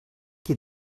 qui